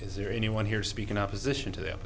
is there anyone here speaking opposition to the